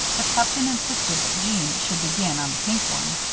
the captain insisted that jeanne should begin on the pink one.